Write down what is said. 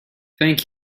thank